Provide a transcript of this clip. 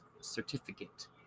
certificate